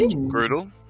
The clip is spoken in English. brutal